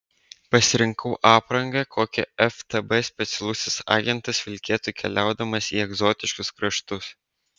pasirinkau aprangą kokią ftb specialusis agentas vilkėtų keliaudamas į egzotiškus kraštus